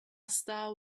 star